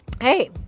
hey